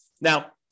Now